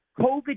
COVID